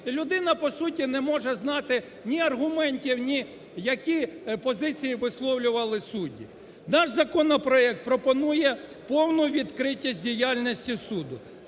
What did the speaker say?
людина по суті не може знати ні аргументів, ні які позиції висловлювали судді. Наш законопроект пропонує повну відкритість діяльності суду.